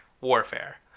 warfare